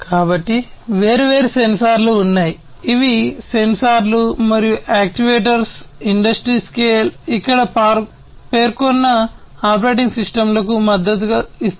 కాబట్టి వేర్వేరు సెన్సార్లు ఉన్నాయి ఇవి సెన్సార్లు మరియు యాక్యుయేటర్స్ ఇండస్ట్రీ స్కేల్ ఇక్కడ పేర్కొన్న ఆపరేటింగ్ సిస్టమ్లకు మద్దతు ఇస్తాయి